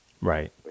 Right